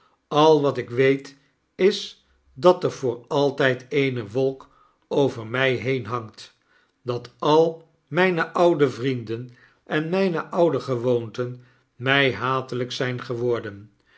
al wat ik weet is dat er voor altyd eene wolk over my heen hangt dat al myne oude vrienden en mijne oude gewoonten my hatelyk zijn geworden